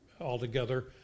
altogether